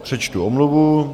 Přečtu omluvu.